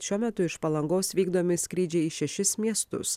šiuo metu iš palangos vykdomi skrydžiai į šešis miestus